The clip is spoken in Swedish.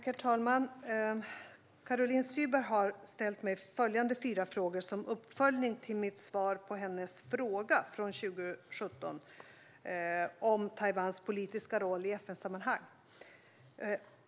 Herr talman! Caroline Szyber har ställt mig följande fyra frågor som uppföljning till mitt svar på hennes fråga 2017/18:93 om Taiwans politiska roll i FN-sammanhang.